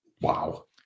Wow